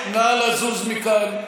נא לזוז מכאן.